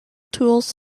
tools